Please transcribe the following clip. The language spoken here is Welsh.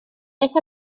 beth